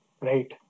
Right